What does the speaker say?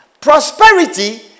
Prosperity